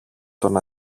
τον